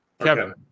Kevin